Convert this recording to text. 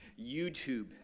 YouTube